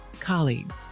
colleagues